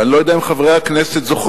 אני לא יודע אם חברי הכנסת זוכרים,